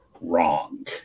wrong